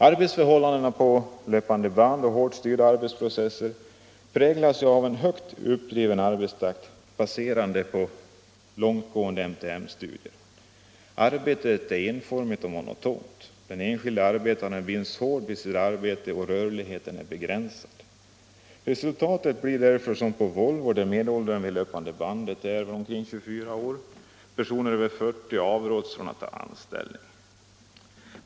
Arbetsförhållandena vid löpandeband och de hårt styrda arbetsprocesserna präglas av en högt uppdriven arbetstakt, baserad på långtgående MTM-studier. Arbetet är enformigt och monotont. Den enskilde arbetaren binds hårt vid sitt arbete och rörligheten är begränsad. Resultaten blir därför som på Volvo där medelåldern vid löpande bandet är 24 år. Personer över 40 år avråds från att ta anställning.